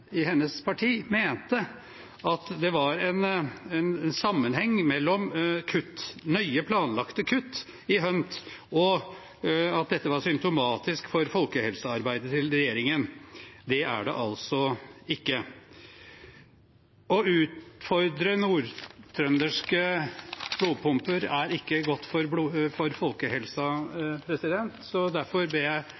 det var en sammenheng mellom nøye planlagte kutt i HUNT, og at dette var symptomatisk for folkehelsearbeidet til regjeringen. Det er det altså ikke. Å utfordre nordtrønderske blodpumper er ikke godt for